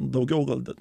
daugiau gal net